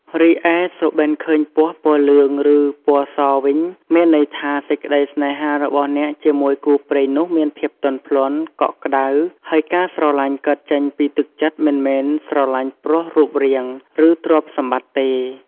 រីឯសុបិនឃើញពស់ពណ៌លឿង ឬ ពណ៌សវិញមានន័យថា សេចក្តីសេ្នហារបស់អ្នកជាមួយគូព្រេងនោះមានភាពទន់ភ្លន់ កក់ក្តៅ ហើយការស្រលាញ់កើតចេញពីទឹកចិត្តមិនមែនស្រលាញ់ព្រោះរូបរាង ឬ ទ្រព្យសម្បតិ្ត ទេ។